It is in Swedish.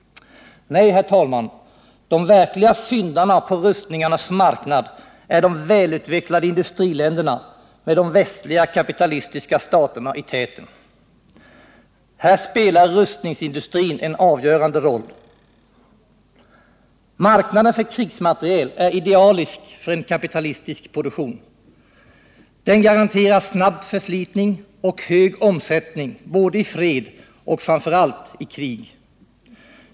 Nej, herr talman, de verkliga syndarna på rustningarnas marknad är de välutvecklade industriländerna med de västliga, kapitalistiska staterna i täten. Här spelar rustningsindustrin en avgörande roll. Marknaden för krigsmateriel är idealisk för en kapitalistisk produktion. Den garanterar snabb förslitning och hög omsättning både i fred och, framför allt, i krig.